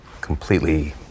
completely